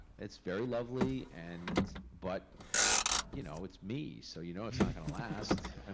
it's very lovely, and but you know, it's me, so you know it's not gonna last.